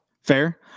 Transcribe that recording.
Fair